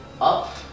up